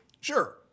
Sure